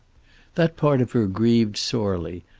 that part of her grieved sorely,